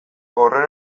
horren